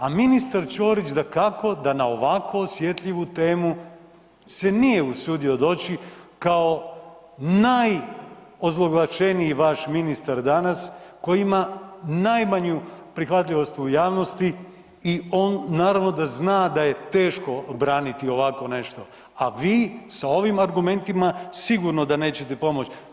A ministar Ćorić dakako da na ovako osjetljivu temu se nije usudio doći kao najozloglašeniji vaš ministar danas koji ima najmanju prihvatljivost u javnosti i on naravno da zna da je teško braniti ovako nešto, a vi sa ovim argumentima sigurno da nećete pomoć.